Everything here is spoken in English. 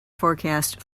forecast